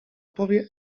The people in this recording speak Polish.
powie